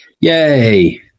Yay